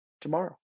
tomorrow